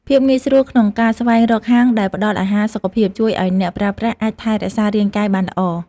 ភាពងាយស្រួលក្នុងការស្វែងរកហាងដែលផ្តល់អាហារសុខភាព ជួយឱ្យអ្នកប្រើប្រាស់អាចថែរក្សារាងកាយបានល្អ។